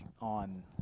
on